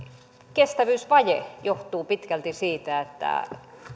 kestävyysvaje johtuu pitkälti siitä että